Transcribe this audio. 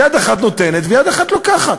יד אחת נותנת ויד אחת לוקחת.